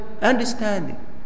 understanding